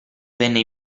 venne